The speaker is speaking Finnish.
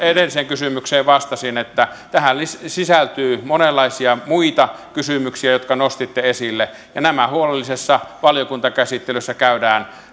edelliseen kysymykseen vastasin tähän sisältyy monenlaisia muita kysymyksiä jotka nostitte esille ja nämä huolellisessa valiokuntakäsittelyssä käydään